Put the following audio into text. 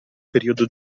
periodo